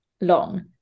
long